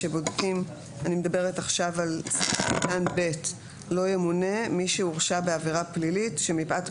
אני מדברת עכשיו על "לא ימונה מי שהורשע בעבירה פלילית שמפאת מהותה,